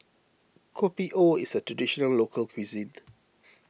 Kopi O is a Traditional Local Cuisine